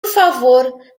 favor